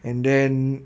and then